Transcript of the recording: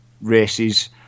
races